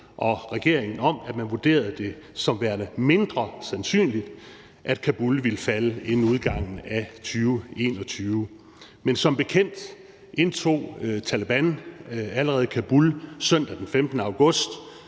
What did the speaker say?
og regeringen om, at man vurderede det som værende mindre sandsynligt, at Kabul ville falde inden udgangen af 2021. Men som bekendt indtog Taleban allerede Kabul søndag den 15. august